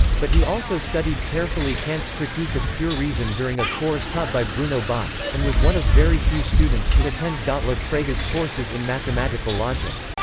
but he also studied carefully kant's critique of pure reason during a course taught by bruno bauch, and was one of very few students to attend gottlob frege's courses in mathematical logic.